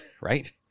right